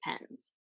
depends